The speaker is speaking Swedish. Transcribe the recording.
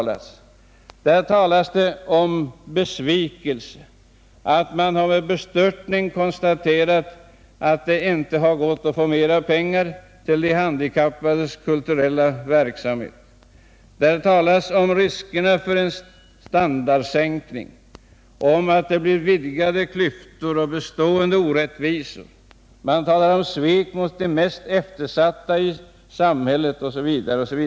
Man har talat om besvikelse, man har sagt att man med bestörtning konstaterat att det inte gått att få mera pengar till de handikappades kulturella verksamhet, man har talat om riskerna för en standardsänkning och om att det blir vidgade klyftor och bestående orättvisor, man har talat om svek mot de mest eftersatta i samhället osv.